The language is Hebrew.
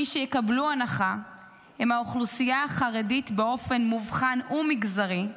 מי שיקבלו הנחה הם האוכלוסייה החרדית באופן מובחן ומגזרי,